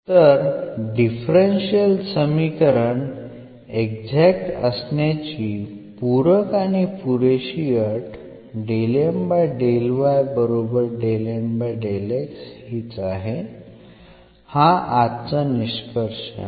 तर डिफरन्शियल समीकरण एक्झॅक्ट असण्याची पूरक आणि पुरेशी अट ही आहे हा आजचा निष्कर्ष आहे